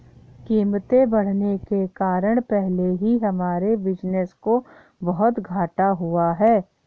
कीमतें बढ़ने के कारण पहले ही हमारे बिज़नेस को बहुत घाटा हुआ है